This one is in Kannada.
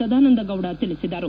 ಸದಾನಂದಗೌಡ ತಿಳಿಸಿದರು